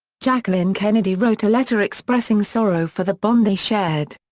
jacqueline kennedy wrote a letter expressing sorrow for the bond they shared.